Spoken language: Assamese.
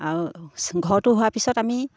আৰু ঘৰটো হোৱাৰ পিছত আমি